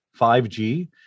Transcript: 5G